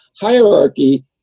hierarchy